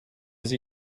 sie